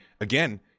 again –